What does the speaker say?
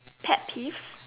pet peeves